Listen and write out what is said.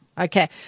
Okay